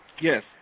Yes